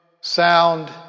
sound